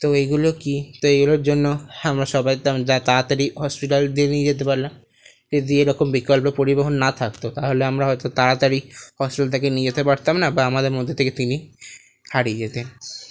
তো এইগুলো কী তো এইগুলোর জন্য আমরা সবাই যেমন তাড়াতাড়ি হসপিটাল নিয়ে যেতে পারলাম যদি এইরকম বিকল্প পরিবহন না থাকতো তাহলে আমরা হয়তো তাড়াতাড়ি হসপিটাল তাকে নিয়ে যেতে পারতাম না বা আমাদের মধ্যে থেকে তিনি হারিয়ে যেতেন